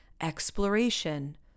exploration